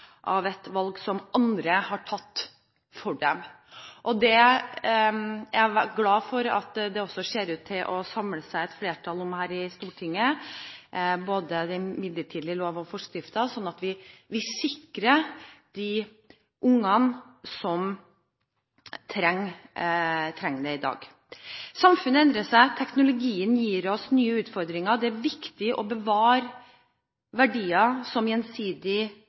valg som andre har tatt for dem. Jeg er glad for at det også ser ut til å samle seg et flertall om dette i Stortinget, både midlertidig lov og forskrifter, slik at vi sikrer de barna som trenger det i dag. Samfunnet endrer seg. Teknologien gir oss nye utfordringer. Det er viktig å bevare verdier som